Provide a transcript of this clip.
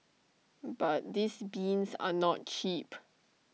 but these bins are not cheap